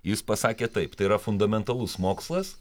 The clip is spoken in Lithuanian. jis pasakė taip tai yra fundamentalus mokslas